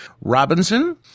Robinson